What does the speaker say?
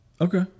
Okay